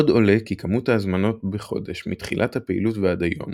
עוד עולה כי כמות ההזמנות בחודש מתחילת הפעילות ועד היום